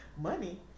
Money